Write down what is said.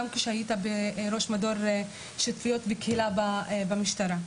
גם כשהיה ראש מדור קהילה במשטרה.